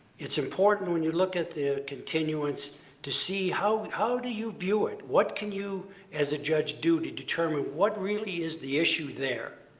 it's important when you look at the continuance to see, how how do you view it? what can you as a judge do to determine what really is the issue there?